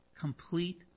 Complete